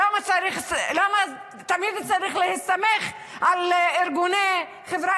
למה תמיד צריך להסתמך על ארגוני חברה